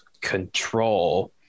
control